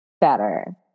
better